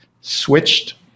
switched